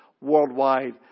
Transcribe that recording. worldwide